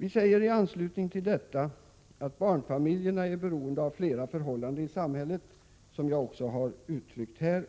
Vi säger i anslutning till detta i vårt betänkande att barnfamiljerna är beroende av flera förhållanden i samhället, vilket jag också nyss har givit uttryck för.